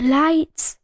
lights